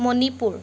Manipur